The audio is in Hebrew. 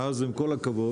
ואז עם כל הכבוד